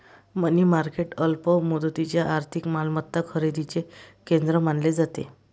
मनी market अल्प मुदतीच्या आर्थिक मालमत्ता खरेदीचे केंद्र मानले जाते